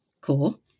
Cool